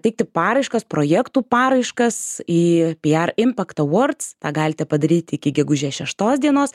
teikti paraiškas projektų paraiškas į piar impact awards tą galite padaryti iki gegužės šeštos dienos